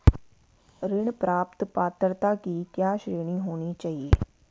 ऋण प्राप्त पात्रता की क्या श्रेणी होनी चाहिए?